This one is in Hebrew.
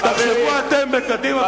תחשבו אתם בקדימה,